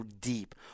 deep